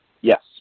Yes